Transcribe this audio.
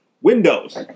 Windows